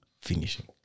finishing